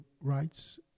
rights